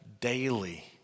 daily